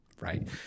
Right